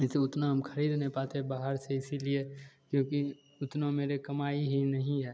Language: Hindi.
ऐसे उतना हम ख़रीद नहीं पाते है बाहर से इसी लिए क्योंकि उतनी मेरे कमाई ही नहीं है